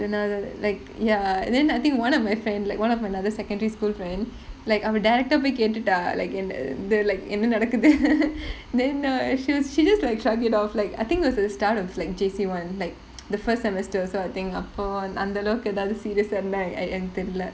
எதனால்:ethanaal like ya and then I think one of my friend like one of my another secondary school friend like அவ:ava direct ah போய் கேட்டுட்டா:poi kettuttaa like in the like என்ன நடக்குது:enna nadakkuthu then uh she was she just like shrug it off like I think it was the start of like J_C one like the first semester so I think அப்ப அந்த அளவுக்கு எதாவது:appa antha alavukku ethavathu serious ah இருந்தா எ~ எனக்கு தெரியல:irunthaa ea~ enakku thriyala